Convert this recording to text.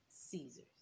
Caesar's